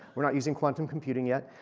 we're not using quantum computing yet.